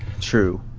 True